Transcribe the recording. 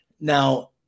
now